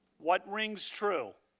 what rings true?